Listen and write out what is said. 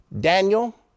Daniel